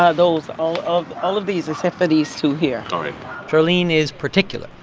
ah those all of all of these, except for these two here charlene is particular.